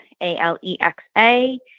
A-L-E-X-A